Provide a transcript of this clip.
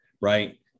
Right